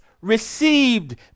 received